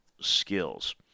skills